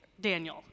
Daniel